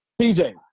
TJ